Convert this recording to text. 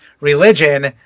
religion